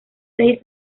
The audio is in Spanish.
seis